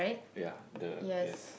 ya the yes